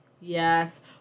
Yes